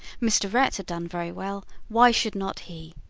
mr. rhett had done very well why should not he?